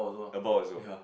abort also